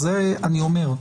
את זה אני אומר.